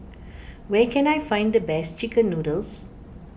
where can I find the best Chicken Noodles